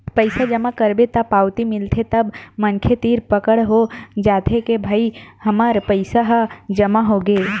पइसा जमा करबे त पावती मिलथे तब मनखे तीर पकड़ हो जाथे के भई हमर पइसा ह जमा होगे